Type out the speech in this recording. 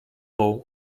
tobą